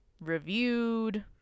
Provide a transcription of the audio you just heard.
reviewed